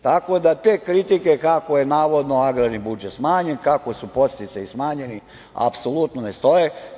Tako da, te kritike kako je navodno agrarni budžet smanjen, kako su podsticaji smanjeni apsolutno ne stoje.